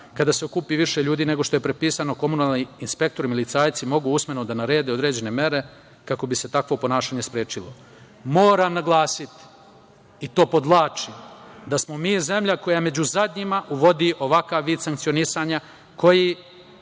kada se okupi više ljudi nego što je propisano, komunalni inspektori i policajci mogu usmeno da narede određene mere kako bi se takvo ponašanje sprečilo. Moram naglasiti, i to podvlačim, da smo mi zemlja koja među zadnjima uvodi ovakav vid sankcionisanja protiv